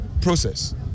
process